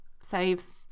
saves